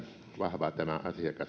vahva tämä